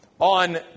On